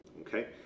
Okay